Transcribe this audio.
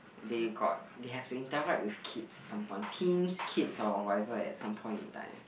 they got they have to interact with kids at some point teens kids or whatever at some point in time